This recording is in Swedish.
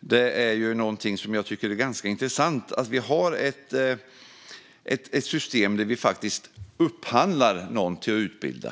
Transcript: Det är intressant att vi har ett system där vi upphandlar någon som ska utbilda.